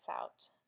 out